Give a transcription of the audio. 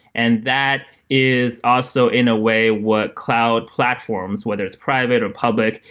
and that is also in a way what cloud platforms, whether it's private or public,